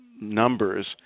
numbers